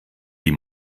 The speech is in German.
wie